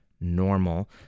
normal